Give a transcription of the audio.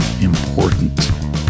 important